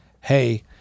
hey